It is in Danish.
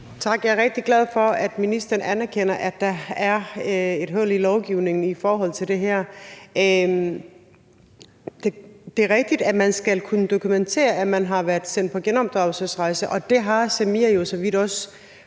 Tak. Jeg er rigtig glad for, at ministeren anerkender, at der er et hul i lovgivningen i forhold til det her. Det er rigtigt, at man skal kunne dokumentere, at man har været sendt på genopdragelsesrejse, og det har Samia jo for så vidt også